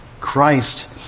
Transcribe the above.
Christ